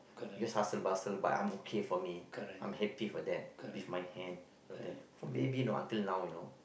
because hustle bustle but I'm okay for me I'm happy for that with my hand you know from baby until now you know